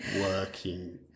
working